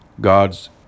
God's